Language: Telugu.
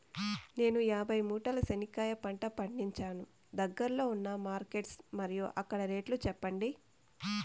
నేను యాభై మూటల చెనక్కాయ పంట పండించాను దగ్గర్లో ఉన్న మార్కెట్స్ మరియు అక్కడ రేట్లు చెప్పండి?